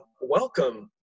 welcome